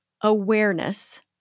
awareness